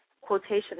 quotation